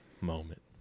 moment